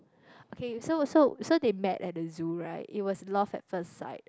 okay so so so they met at the zoo right it was love at first sight